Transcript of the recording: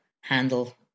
handle